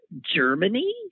Germany